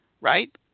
right